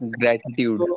gratitude